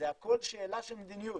זה הכול שאלה של מדיניות.